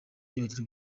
yibagirwa